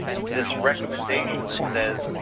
this recommendation that says,